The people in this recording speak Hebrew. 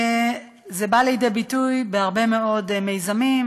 זה בא לידי ביטוי בהרבה מאוד מיזמים,